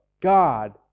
God